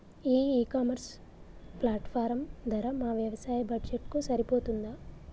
ఈ e commerce platform ధర మా వ్యవసాయ బడ్జెట్ కు సరిపోతుందా?